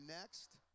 next